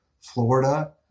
Florida